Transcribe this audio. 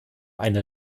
eine